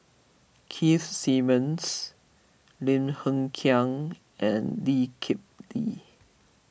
Keith Simmons Lim Hng Kiang and Lee Kip Lee